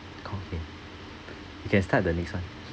complete you can start the next one